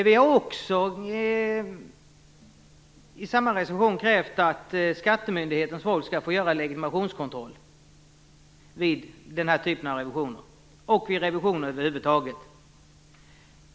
Vi har också i samma reservation krävt att skattemyndigheternas folk skall få göra legitimationskontroll vid såväl den här typen av revisioner som revisioner över huvud taget.